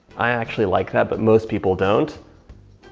i actually like that, but most people don't.